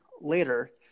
later